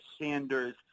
Sanders –